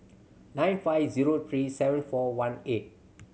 nine five zero three seven four one eight